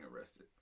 arrested